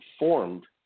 informed